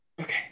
Okay